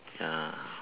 ya